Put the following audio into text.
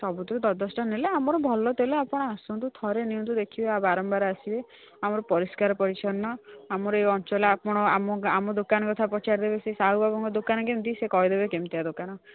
ସବୁଥିରୁ ଦଶ ଦଶଟା ନେଲେ ଆମର ଭଲ ତେଲ ଆପଣ ଆସନ୍ତୁ ଥରେ ନିଅନ୍ତୁ ଦେଖିବେ ଆଉ ବାରମ୍ବାର ଆସିବେ ଆମର ପରିଷ୍କାର ପରିଚ୍ଛନ୍ନ ଆମର ଏହି ଅଞ୍ଚଳ ଆପଣ ଆମ ଆମ ଦୋକାନ କଥା ପଚାରି ଦେବେ ସେ ସାହୁ ବାବୁଙ୍କ ଦୋକାନ କେମିତି ସେ କହିଦେବେ କେମିତିଆ ଦୋକାନ